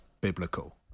biblical